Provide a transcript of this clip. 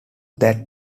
that